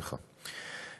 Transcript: סליחה.